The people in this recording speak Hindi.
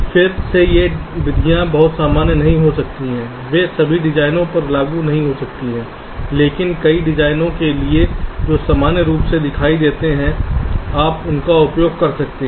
फिर से ये विधियां बहुत सामान्य नहीं हो सकती हैं वे सभी डिजाइनों पर लागू नहीं हो सकती हैं लेकिन कई डिजाइनों के लिए जो सामान्य रूप से दिखाई देते हैं आप उनका उपयोग कर सकते हैं